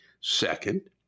Second